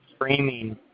framing